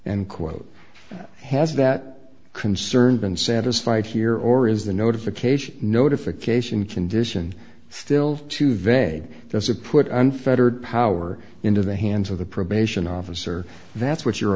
and quote has that concern been satisfied here or is the notification notification condition still too vague because it put unfettered power into the hands of the probation officer that's what your